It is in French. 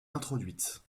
introduite